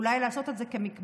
אולי לעשות את זה כמקבץ,